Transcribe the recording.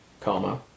Comma